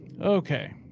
okay